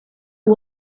you